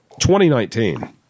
2019